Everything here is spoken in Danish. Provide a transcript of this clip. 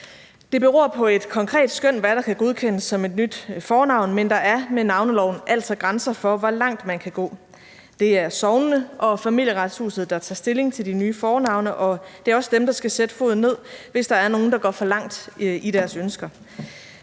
Det beror på et konkret skøn, hvad der kan godkendes som et nyt fornavn, men der er med navneloven altså grænser for, hvor langt man kan gå. Det er sognene og Familieretshuset, der tager stilling til de nye fornavne, og det er også dem, der skal sætte foden ned, hvis der er nogen, der går for langt i deres ønsker.